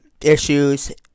Issues